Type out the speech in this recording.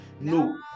no